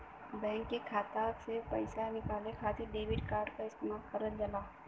bank के खाता से पइसा निकाले खातिर डेबिट कार्ड क इस्तेमाल करल जाला